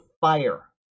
fire